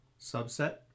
subset